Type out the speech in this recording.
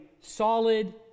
solid